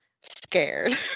scared